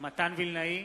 מתן וילנאי,